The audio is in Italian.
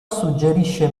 suggerisce